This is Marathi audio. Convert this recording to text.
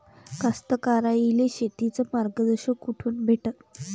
कास्तकाराइले शेतीचं मार्गदर्शन कुठून भेटन?